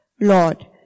Lord